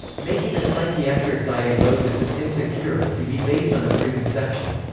making a psychiatric diagnosis is insecure and can be based on a preconception.